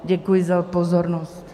Děkuji za pozornost.